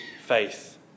Faith